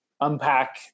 unpack